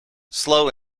slow